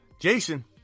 Jason